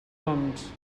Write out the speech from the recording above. oms